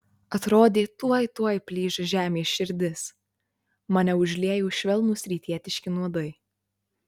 atrodė tuoj tuoj plyš žemės širdis mane užliejo švelnūs rytietiški nuodai